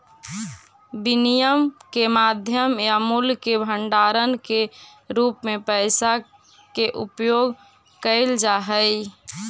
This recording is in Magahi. विनिमय के माध्यम या मूल्य के भंडारण के रूप में पैसा के उपयोग कैल जा हई